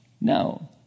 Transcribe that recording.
No